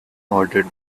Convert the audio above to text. ordered